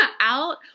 out